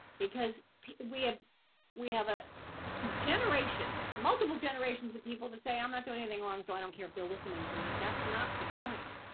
because we have we have a generations multiple generations of people that say i'm not doing anything wrong. so i don't care if they're listening to me. that's not the point.